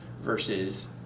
versus